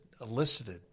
elicited